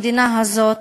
המדינה הזאת